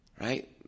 Right